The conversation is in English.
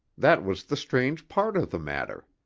that was the strange part of the matter.